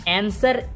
answer